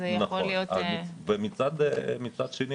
זה יכול להיות ----- ומצד שני,